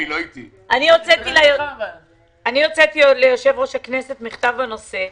הוצאתי לישוב-ראש הכנסת מכתב בנושא.